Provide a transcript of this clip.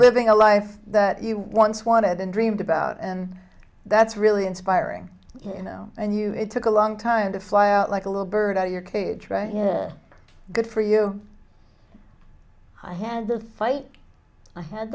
living a life that you once wanted and dreamed about and that's really inspiring you know and you it took a long time to fly out like a little bird out of your cage right good for you i had to fight i had